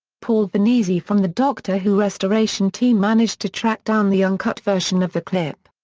paul vanezis from the doctor who restoration team managed to track down the uncut version of the clip.